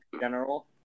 general